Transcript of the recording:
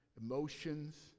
emotions